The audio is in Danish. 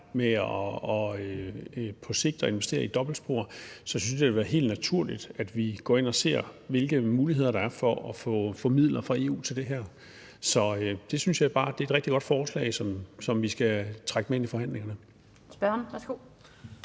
med på sigt at investere i dobbeltspor, at vi går ind og ser på, hvilke muligheder der er for at få midler fra EU til det her. Så det synes jeg er et rigtig godt forslag, som vi skal trække med ind i forhandlingerne. Kl.